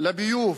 לביוב